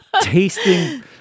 tasting